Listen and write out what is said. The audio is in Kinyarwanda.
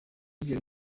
y’ibyo